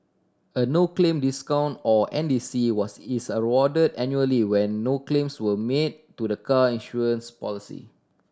a no claim discount or N D C was is awarded annually when no claims were made to the car insurance policy